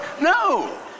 No